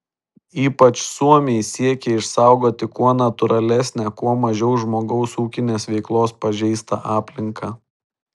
ypač suomiai siekia išsaugoti kuo natūralesnę kuo mažiau žmogaus ūkinės veiklos pažeistą aplinką